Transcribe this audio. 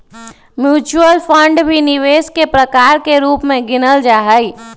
mutual fund भी निवेश के प्रकार के रूप में गिनल जाहई